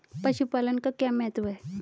पशुपालन का क्या महत्व है?